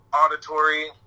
auditory